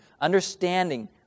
understanding